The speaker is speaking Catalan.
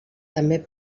també